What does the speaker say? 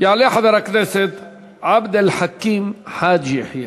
יעלה חבר הכנסת עבד אל חכים חאג' יחיא,